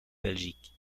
belgique